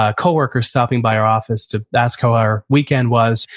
ah co-workers stopping by our office to ask how our weekend was.